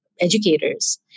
educators